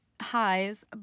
highs